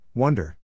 Wonder